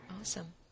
Awesome